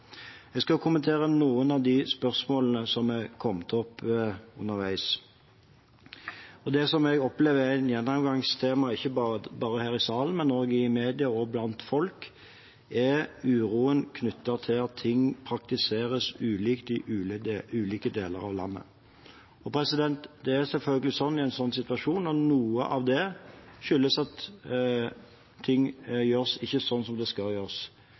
Jeg skal kommentere noen av spørsmålene som er kommet opp underveis. Det jeg opplever er gjennomgangstemaet ikke bare her i salen, men også i media og ute blant folk, er uroen knyttet til at ting praktiseres ulikt i ulike deler av landet. I en slik situasjon skyldes noe av det selvfølgelig at ting ikke gjøres slik det skal,